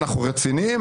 אנחנו רציניים,